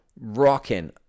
rocking